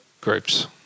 groups